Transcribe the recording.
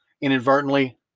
inadvertently